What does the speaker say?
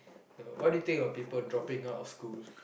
what do think of people dropping out of schools